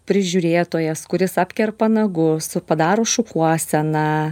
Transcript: prižiūrėtojas kuris apkerpa nagus su padaro šukuoseną